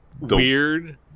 Weird